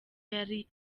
yari